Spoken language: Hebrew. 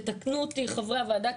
תתקנו אותי חברי הוועדה,